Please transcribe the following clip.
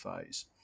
phase